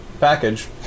package